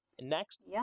next